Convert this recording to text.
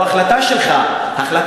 או ההחלטה שלך,